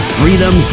freedom